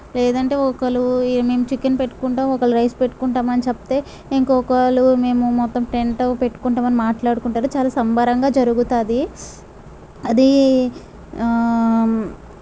లేదంటే ఒకలు evening chicken పెట్టుకుంట ఒకలు రైస్ పెట్టుకుంటామని చెప్తే నేను ఇంకొకలు మేము మొత్తం టెన్ట్ అవి పెట్టుకుంటాము అని మాట్లాడుకుంటారు చాలా సంబరంగా జరుగుతుంది అది